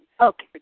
Okay